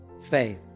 faith